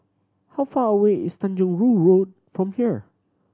how far away is Tanjong Rhu Road from here